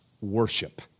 worship